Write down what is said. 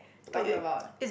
talk about